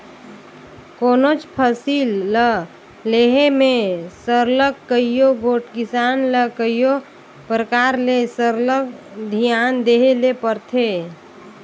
कोनोच फसिल ल लेहे में सरलग कइयो गोट किसान ल कइयो परकार ले सरलग धियान देहे ले परथे